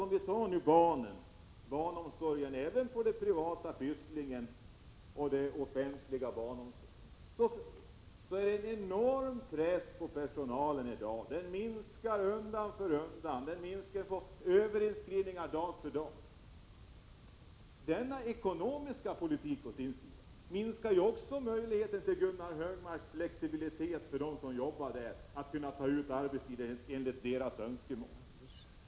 Inom t.ex. barnomsorgen, även den som sköts av det privata Pysslingen, är det en enorm press på personalen. Personalen minskar undan för undan, medan överinskrivningen ökar dag för dag. Denna ekonomiska politik minskar också möjligheten till flexibilitet, möjligheten för dem som arbetar att förlägga arbetstiden enligt egna önskemål.